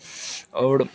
और